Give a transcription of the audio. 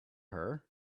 her